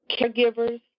caregivers